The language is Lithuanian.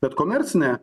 bet komercinė